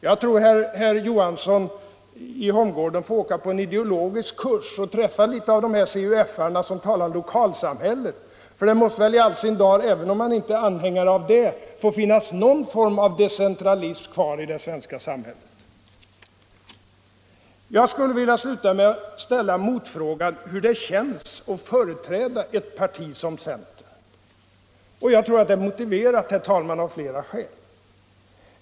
Jag tror herr Johansson i Holmgården får åka på en ideologisk kurs och träffa de CUF-are som talar om lokalsamhället. Även om man inte är anhängare av det, måste det väl finnas någon form av decentralism kvar i det svenska samhället. Hur känns det att företräda ett parti som centern? Jag tror den frågan, herr talman, är motiverad av flera skäl.